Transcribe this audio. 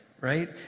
Right